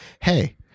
hey